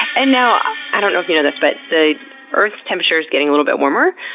and now, i don't know if you know this, but the earth's temperature is getting a little bit warmer,